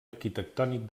arquitectònic